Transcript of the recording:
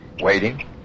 Waiting